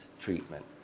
treatment